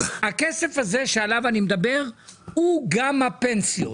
הכסף הזה שעליו אני מדבר הוא גם הפנסיות.